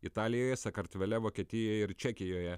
italijoje sakartvele vokietijoje ir čekijoje